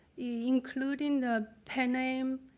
including the pen name,